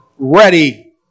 ready